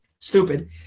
stupid